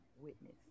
witness